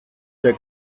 der